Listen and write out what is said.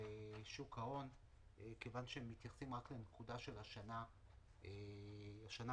שוק ההון כיוון שמתייחסים רק לשנה האחרונה,